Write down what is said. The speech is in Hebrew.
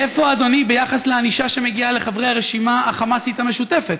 איפה אדוני ביחס לענישה שמגיעה לחברי הרשימה החמאסית המשותפת,